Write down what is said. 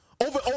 over